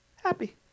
Happy